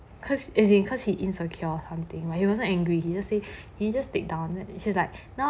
cause as in cause he insecure or something but he wasn't angry he just say can you just take down then it's like now